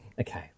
okay